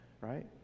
right